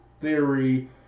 theory